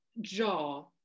jaw